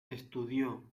estudió